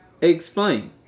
Explain